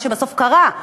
מה שבסוף קרה,